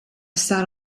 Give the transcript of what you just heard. sat